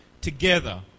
together